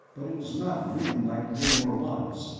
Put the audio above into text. but it was not grim like raynor one's,